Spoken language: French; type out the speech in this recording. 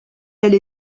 elle